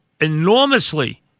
enormously